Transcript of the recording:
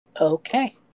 Okay